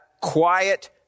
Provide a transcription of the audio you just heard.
quiet